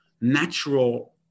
natural